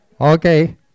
Okay